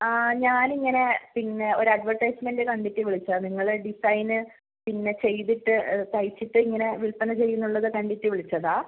ആ ഞാനിങ്ങനെ പിന്നെ ഒരു അഡ്വർടൈസ്മെന്റ് കണ്ടിട്ട് വിളിച്ചതാണ് നിങ്ങൾ ഡിസൈൻ പിന്നെ ചെയ്തിട്ട് തയ്ച്ചിട്ട് ഇങ്ങനെ വിൽപ്പന ചെയ്യുന്നുള്ളത് കണ്ടിട്ട് വിളിച്ചതാണ്